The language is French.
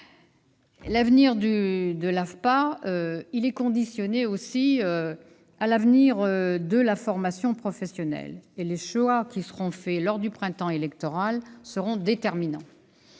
L'avenir de l'AFPA est également conditionné à celui de la formation professionnelle. Les choix qui seront faits lors du printemps électoral seront déterminants.